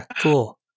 Cool